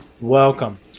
Welcome